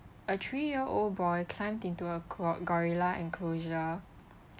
a three year old boy climbed into a clo~ gorilla enclosure